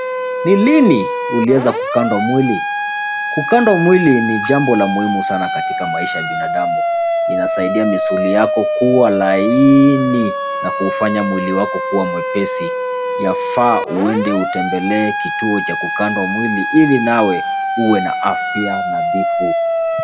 Ni lini uliweza kukandwa mwili? Kukandwa mwili ni jambo la muhimu sana katika maisha ya binadamu. Inasaidia misuli yako kuwa laini na kuufanya mwili wako kuwa mwepesi. Yafaa uende utembelee kituo cha kukandwa mwili ili nawe uwe na afya nadhifu.